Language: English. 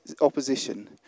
opposition